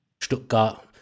Stuttgart